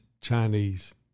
Chinese